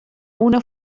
una